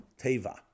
teva